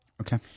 Okay